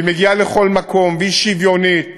היא מגיעה לכל מקום, והיא שוויונית,